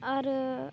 आरो